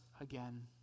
again